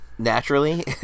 naturally